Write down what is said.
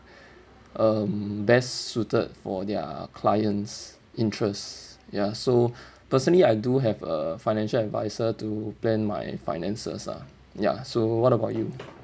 um best suited for their client's interest ya so personally I do have a financial advisor to plan my finances lah ya so what about you